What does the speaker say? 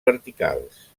verticals